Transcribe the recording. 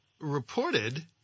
reported